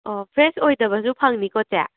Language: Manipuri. ꯑꯣ ꯐ꯭ꯔꯦꯁ ꯑꯣꯏꯗꯕꯁꯨ ꯐꯪꯅꯤꯀꯣ ꯆꯦ